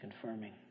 Confirming